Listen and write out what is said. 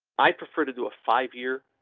i prefer to do a five year.